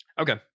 Okay